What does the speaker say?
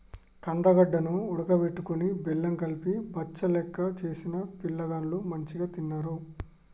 కందగడ్డ ను ఉడుకబెట్టుకొని బెల్లం కలిపి బచ్చలెక్క చేసిన పిలగాండ్లు మంచిగ తిన్నరు